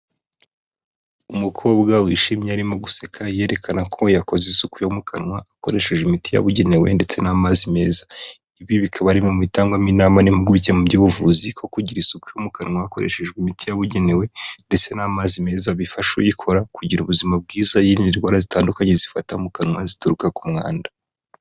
Umukobwa wishimye arimo guseka yerekana ko yakoze isuku yo mu kanwa akoresheje imiti yabugenewe ndetse n'amazi meza ibi bikaba ari bimwe bitangwamo inama n'impuguke mu by'ubuvuzi ko kugira isuku yo mu kanwa hakoreshejwe imiti yabugenewe ndetse n'amazi meza bifasha uyikora kugira ubuzima bwiza yirinda indwara zitandukanye zifata mu kanwa zituruka ku mwanda.